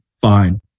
fine